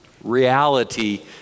reality